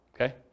okay